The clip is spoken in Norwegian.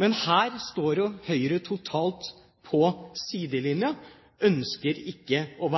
Men her står jo Høyre totalt på sidelinjen; de ønsker ikke å